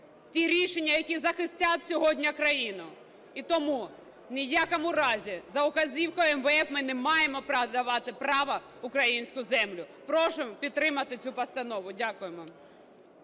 ті рішення, які захистять сьогодні країну. І тому в ніякому разі за вказівкою МВФ ми не маємо права продавати українську землю. Прошу підтримати цю постанову. Дякуємо.